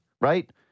right